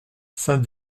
saint